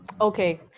okay